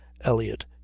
Elliot